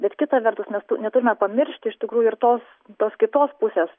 bet kita vertus mes neturime pamiršti iš tikrųjų ir tos tos kitos pusės